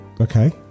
okay